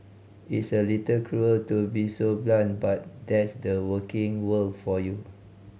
it's a little cruel to be so blunt but that's the working world for you